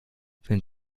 wenn